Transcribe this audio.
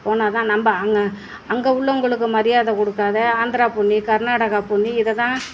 போனால் தான் நம்ம அங்கே அங்கே உள்ளவங்களுக்கு மரியாதை கொடுக்காத ஆந்திரா பொன்னி கர்நாடகா பொன்னி இதை தான்